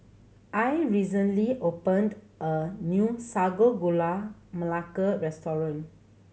Al recently opened a new Sago Gula Melaka restaurant